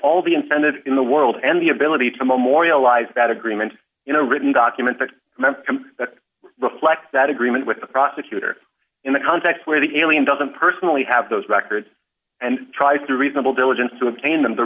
all the incentive in the world and the ability to memorialize that agreement in a written document that meant that reflect that agreement with the prosecutor in the context where the alien doesn't personally have those records and tries to reasonable diligence to obtain them the